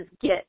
get